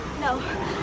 No